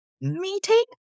meeting